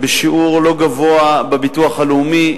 בשיעור לא גבוה בביטוח הלאומי,